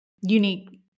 unique